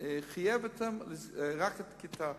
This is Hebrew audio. חייב רק את הכיתה,